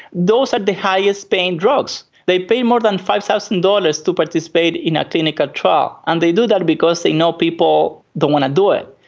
those are the highest paying drugs. they pay more than five thousand dollars to participate in a clinical trial, and they do that because they know people don't want to do it.